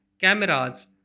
cameras